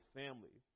family